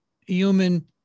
human